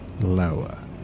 lower